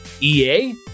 EA